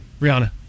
Rihanna